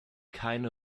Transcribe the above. keine